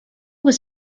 was